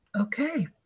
Okay